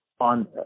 on